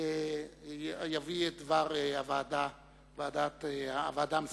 שיביא את דבר הוועדה המסדרת.